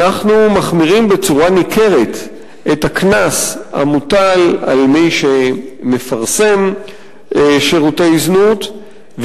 אנחנו מחמירים בצורה ניכרת את הקנס המוטל על מי שמפרסם שירותי זנות,